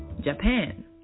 Japan